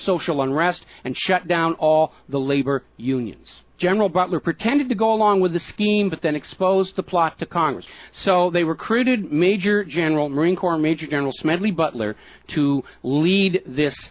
social unrest and shut down all the labor unions general butler pretended to go along with the scheme but then exposed the plot to congress so they recruited major general marine corps major general smedley butler to lead this